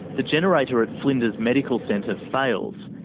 the generator at flinders medical centre fails,